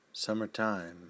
Summertime